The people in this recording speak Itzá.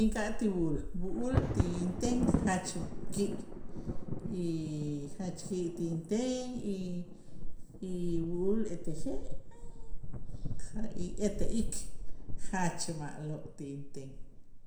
Ink'atij b'ul b'u'ul ti inten jach ki' y jach ki' ti inten y- y b'u'ul etel je' ete ik jach ma'lo' ti inten.